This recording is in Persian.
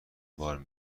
بار